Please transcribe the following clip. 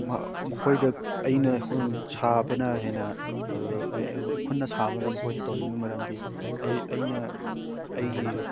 ꯃꯈꯣꯏꯗ ꯑꯩꯅ ꯁꯥꯕꯅ ꯍꯦꯟꯅ ꯈꯨꯠꯅ ꯁꯥꯕꯅ ꯃꯈꯣꯏꯗ ꯇꯧꯅꯤꯡꯉꯤꯕ ꯃꯔꯝꯗꯤ ꯑꯩ ꯑꯩꯅ ꯑꯩꯒꯤ